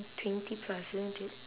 twenty plus isn't it